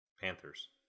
Panthers